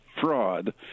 fraud